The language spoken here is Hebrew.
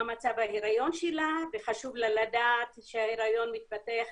מצב ההיריון שלה וחשוב לה לדעת שההיריון מתפתח